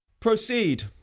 proceed,